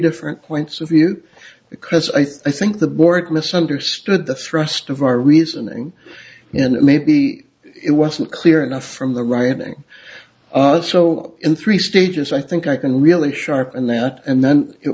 different points of view because i think the board misunderstood the thrust of our reasoning and maybe it wasn't clear enough from the writing so in three stages i think i can really sharp in that and then it